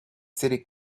city